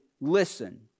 listen